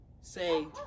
say